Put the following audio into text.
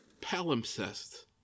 Palimpsest